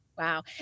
Wow